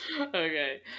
Okay